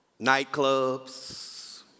nightclubs